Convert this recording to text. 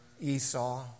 Esau